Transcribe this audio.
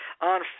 on